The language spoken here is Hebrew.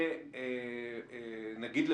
נגיד,